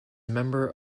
member